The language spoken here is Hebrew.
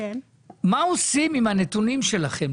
מה עושים עם הנתונים שלכם?